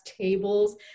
tables